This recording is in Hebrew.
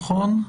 נכון?